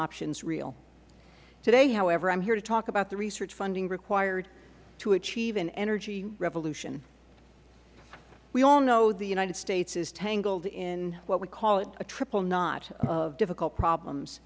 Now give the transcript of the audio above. options real today however i am here to talk about the research funding required to achieve an energy revolution we all know the united states is tangled in what we call a triple knot of difficult problems